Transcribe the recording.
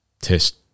test